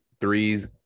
threes